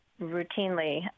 routinely